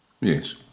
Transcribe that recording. Yes